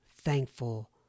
thankful